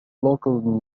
local